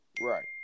Right